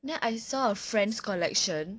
then I saw a friends collection